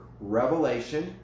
revelation